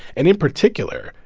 and in particular,